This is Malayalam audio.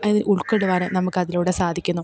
അതിൽ ഉൾക്കൊള്ളുവാനും നമുക്ക് അതിലൂടെ സാധിക്കുന്നു